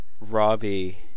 Robbie